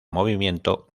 movimiento